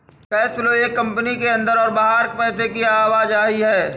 cash flow एक company के अंदर और बाहर पैसे की आवाजाही है